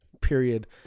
period